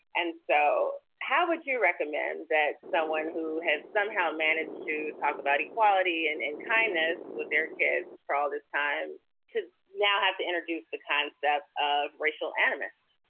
and so how would you recommend that someone who has somehow managed to talk about equality and and kindness with their kids all this time to now have to introduce the concept of racial animus?